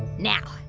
now,